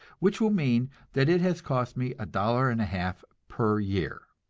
which will mean that it has cost me a dollar and a half per year.